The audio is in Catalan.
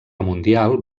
mundial